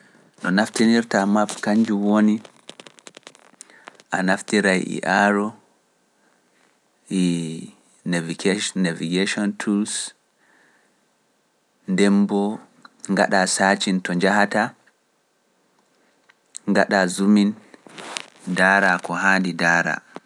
No naftinirta map kanjum woni, a naftiray e aaro, e navigation, navigation tools, ndemboo ngaɗa saacina to njahata, ngaɗa zoom in, ndaara ko haandi ndaara.